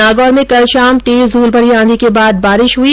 नागौर में कल शाम तेज धूलभरी आंधी के बाद बारिश हुई